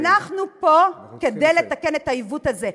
ואנחנו פה כדי לתקן את העיוות הזה.